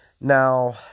Now